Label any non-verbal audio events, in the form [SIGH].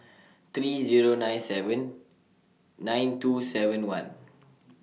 [NOISE] three Zero nine seven nine two seven one [NOISE]